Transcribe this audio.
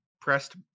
pressed